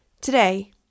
Today